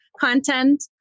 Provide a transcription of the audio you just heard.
content